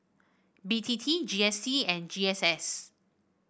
B T T G S T and G S S